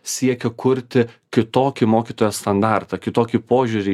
siekia kurti kitokį mokytojo standartą kitokį požiūrį